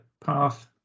path